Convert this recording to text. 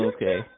Okay